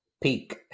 peak